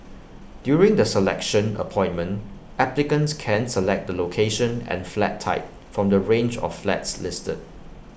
during the selection appointment applicants can select the location and flat type from the range of flats listed